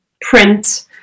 print